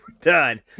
done